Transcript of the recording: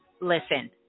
listen